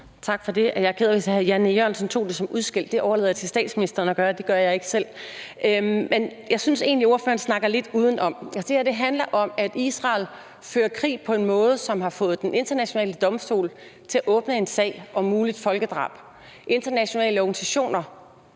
Tak for det. Jeg er ked af det, hvis hr. Jan E. Jørgensen tog det som udskæld. Det overlader jeg til statsministeren at gøre; det gør jeg ikke selv. Men jeg synes egentlig, ordføreren snakker lidt udenom. Altså, det her handler om, at Israel fører krig på en måde, som har fået Den Internationale Domstol til at åbne en sag om et muligt folkedrab. Lange rækker af internationale organisationer